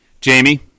Jamie